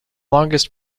longest